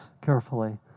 carefully